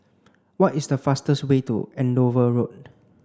what is the fastest way to Andover Road